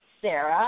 Sarah